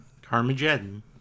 Carmageddon